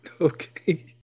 Okay